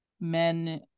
men